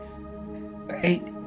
right